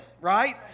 right